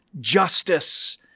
justice